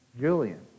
Julian